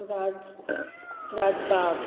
Raj Rajbagh